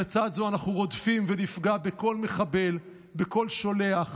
לצד זה, אנחנו רודפים ונפגע בכל מחבל, בכל שולח,